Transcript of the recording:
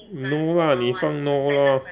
no lah 你放 no lor